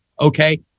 okay